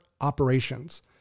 operations